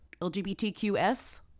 LGBTQS